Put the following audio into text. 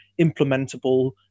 implementable